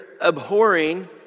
abhorring